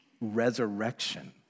resurrection